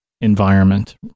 environment